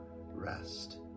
rest